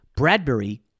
Bradbury